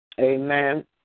amen